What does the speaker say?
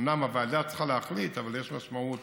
אומנם הוועדה צריכה להחליט, אבל יש משמעות